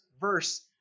verse